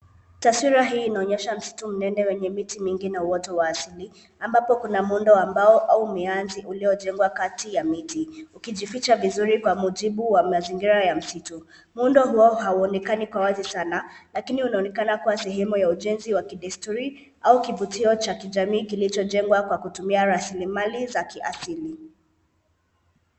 Tawsira hii inonyeswa msitu mnene wenye miti mingi na uoto wa asili ambapo kuna muundo wa mbao au mianzi uliojengwa kati ya miti, ukijificha vizuri kwa muujibu wa mazingira wa msitu. Muundo huo hauonekani kwa wazi sana lakini unaonekana kuwa sehemu ya ujenzi wa kidesturi au kivutio cha kijamii kilichojengwa kwa kutumia rasilimali za kiasili.